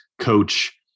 coach